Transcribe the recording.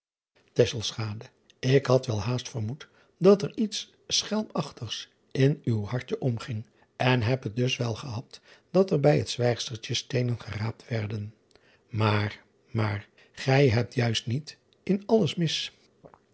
k had wel haast vermoed dat er iets schelmachtigs in uw hartje omging en heb het dus wel gehad dat er bij het zwijgstertje steenen geraapt werden maar maar gij hebt juist niet in alles mis